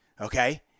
okay